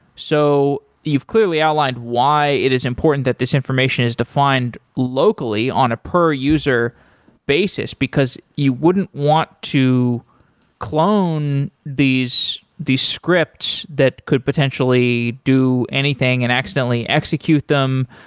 so you've clearly outlined why it is important that this information is defined locally on a per user basis, because you wouldn't want to clone the script that could potentially do anything and accidentally execute them.